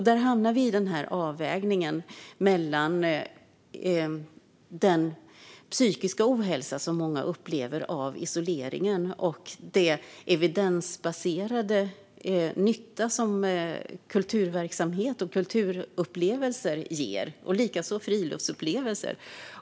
Där hamnar vi i avvägningen mellan den psykiska ohälsa som många upplever på grund av isoleringen och den evidensbaserade nytta som kulturverksamhet och kulturupplevelser ger, liksom friluftsupplevelser.